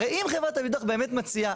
הרי אם חברת הביטוח אמת מציעה,